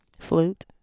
Flute